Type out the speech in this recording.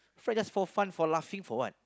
friend just for fun for laughing for what